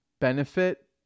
benefit